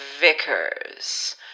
Vickers